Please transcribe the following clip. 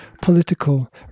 political